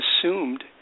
assumed